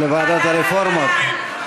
לוועדת הרפורמות?